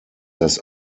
das